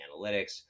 Analytics